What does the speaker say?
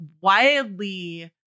wildly